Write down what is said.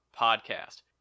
podcast